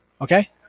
Okay